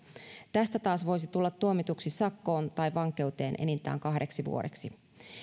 tästä taas voisi tulla tuomituksi sakkoon tai vankeuteen enintään kahdeksi vuodeksi